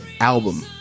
album